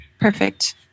perfect